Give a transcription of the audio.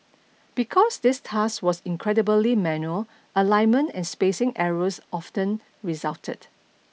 because this task was incredibly manual alignment and spacing errors often resulted